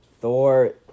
Thor